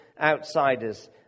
outsiders